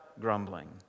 grumbling